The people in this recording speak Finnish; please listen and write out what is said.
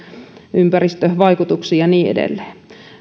ympäristövaikutuksiin ja niin edelleen